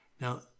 Now